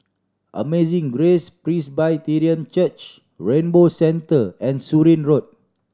Amazing Grace Presbyterian Church Rainbow Centre and Surin Road